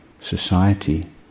society